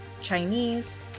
Chinese